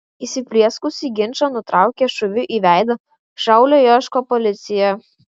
įsiplieskusį ginčą nutraukė šūviu į veidą šaulio ieško policija